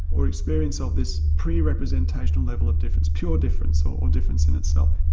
or experience of this pre-representational level of difference, pure difference, or difference in itself.